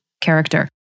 character